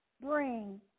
bring